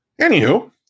anywho